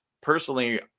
personally